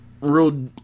real